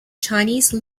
chinese